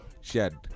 shared